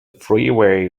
freeway